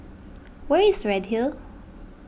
where is Redhill